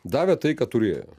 davė tai ką turėjo